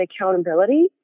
accountability